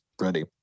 ready